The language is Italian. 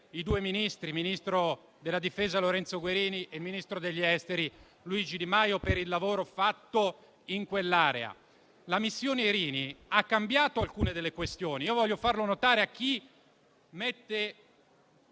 i due Ministri, il ministro della difesa Lorenzo Guerini e il ministro degli esteri Luigi Di Maio per il lavoro fatto in quell'area. La missione Irini ha cambiato alcune delle questioni e voglio farlo notare a chi mette